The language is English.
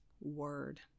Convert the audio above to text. Word